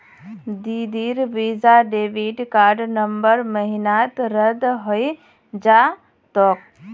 दीदीर Visa debit card नवंबर महीनात रद्द हइ जा तोक